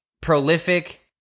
prolific